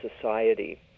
society